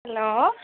hello